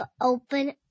open